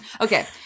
Okay